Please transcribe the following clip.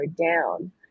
down